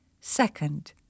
Second